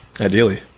Ideally